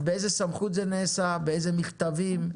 ובאיזה סמכות זה נעשה, באיזה מכתבים,